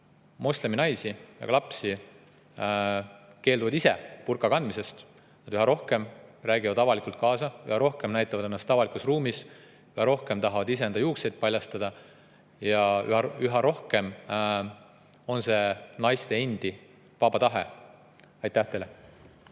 moslemi naisi ja ka lapsi keelduvad ise burka kandmisest, üha rohkem räägivad nad avalikult kaasa, üha rohkem näitavad ennast avalikus ruumis, üha rohkem tahavad iseenda juukseid paljastada. Ja üha rohkem on see naiste endi vaba tahe. Aitäh teile!